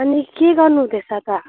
अनि के गर्नुहुँदैछ त